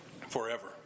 forever